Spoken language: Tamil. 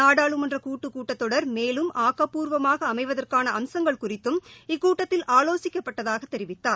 நாடாளுமன்ற கூட்டத்தொடர் மேலும் ஆக்கப்பூர்வமாக அமைவதற்கான அம்சங்கள் குறித்தம் இக்கூட்டத்தில் ஆலோசிக்கப்பட்டதாக தெரிவித்தார்